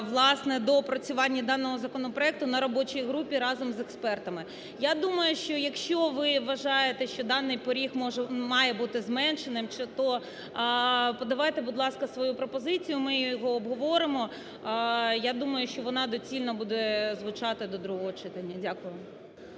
доопрацюванні даного законопроекту на робочій групі разом з експертами. Я думаю, що якщо ви вважаєте, що даний поріг має бути зменшеним, то подавайте, будь ласка, свою позицію. Ми її обговоримо, я думаю, що вона доцільно буде звучати до другого читання. Дякую.